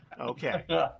Okay